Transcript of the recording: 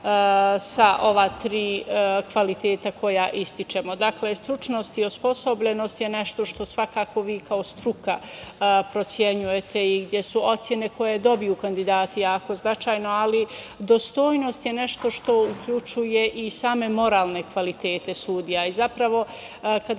sa ova tri kvaliteta koja ističemo. Dakle, stručnost i osposobljenost je nešto što svakako vi kao struka procenjujete i gde su ocene koje dobiju kandidati jako značajne, ali dostojnost je nešto što uključuje i same moralne kvalitete sudije. Zapravo, kada